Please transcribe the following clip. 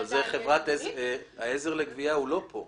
אבל עזר לגבייה לא נמצא פה.